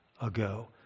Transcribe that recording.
ago